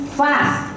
fast